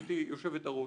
גבירתי יושבת הראש,